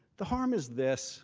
the harm is this